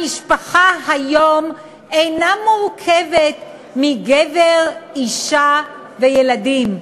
המשפחה היום אינה מורכבת מגבר, אישה וילדים.